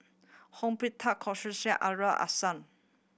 Hong Aliman Hassan